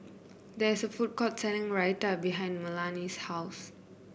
there's a food court selling Raita behind Melany's house